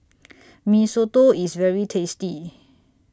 Mee Soto IS very tasty